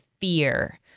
fear